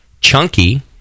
chunky